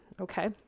Okay